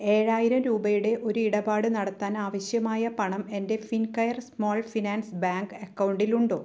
ഏഴായിരം രൂപയുടെ ഒരിടപാട് നടത്താനാവശ്യമായ പണം എന്റെ ഫിൻകെയർ സ്മോൾ ഫിനാൻസ് ബാങ്ക് അക്കൗണ്ടിലുണ്ടോ